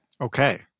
Okay